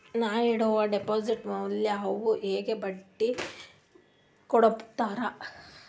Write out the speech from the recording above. ನಾ ಇಡುವ ಡೆಪಾಜಿಟ್ ಮ್ಯಾಲ ಅವ್ರು ಹೆಂಗ ಬಡ್ಡಿ ಕೊಡುತ್ತಾರ?